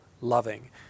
loving